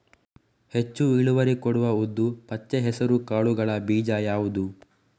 ಹೆಚ್ಚು ಇಳುವರಿ ಕೊಡುವ ಉದ್ದು, ಪಚ್ಚೆ ಹೆಸರು ಕಾಳುಗಳ ಬೀಜ ಯಾವುದು?